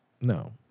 No